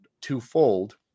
twofold